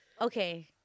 okay